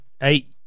eight